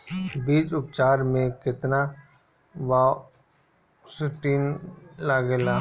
बीज उपचार में केतना बावस्टीन लागेला?